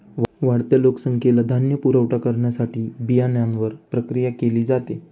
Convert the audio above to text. वाढत्या लोकसंख्येला धान्य पुरवठा करण्यासाठी बियाण्यांवर प्रक्रिया केली जाते